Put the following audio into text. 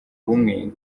bumwe